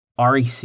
REC